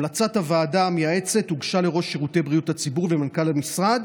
המלצת הוועדה המייעצת הוגשה לראש שירותי בריאות הציבור ולמנכ"ל המשרד,